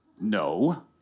no